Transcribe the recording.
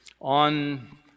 on